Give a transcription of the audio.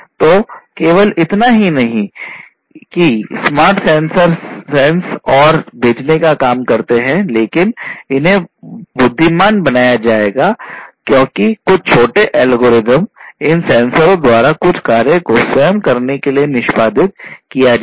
तो केवल इतना ही नहीं कि यह स्मार्ट सेंसर सेंस और भेजने का काम करते हैं लेकिन इन्हें बुद्धिमान बनाया जाएगा क्योंकि कुछ छोटे एल्गोरिदम इन सेंसरों द्वारा कुछ कार्यों को स्वयं करने के लिए निष्पादित किया जाएगा